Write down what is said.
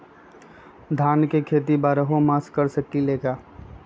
धान के खेती बारहों मास कर सकीले का?